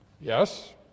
Yes